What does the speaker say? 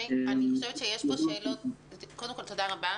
תודה רבה.